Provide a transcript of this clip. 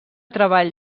treball